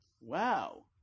Wow